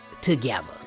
together